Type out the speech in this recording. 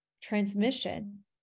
transmission